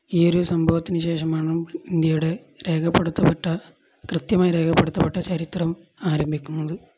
ഈയൊരു സംഭവത്തിനുശേഷമാണ് ഇന്ത്യയുടെ രേഖപ്പെടുത്തപ്പെട്ട കൃത്യമായി രേഖപ്പെടുത്തപ്പെട്ട ചരിത്രം ആരംഭിക്കുന്നത്